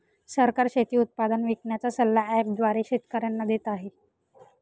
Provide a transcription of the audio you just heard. सरकार शेती उत्पादन विकण्याचा सल्ला ॲप द्वारे शेतकऱ्यांना देते आहे